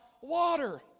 water